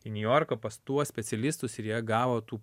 į niujorką pas tuos specialistus ir jie gavo tų